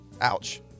Ouch